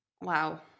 Wow